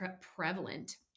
prevalent